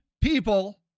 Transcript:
people